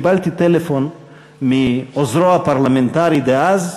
קיבלתי טלפון מעוזרו הפרלמנטרי דאז,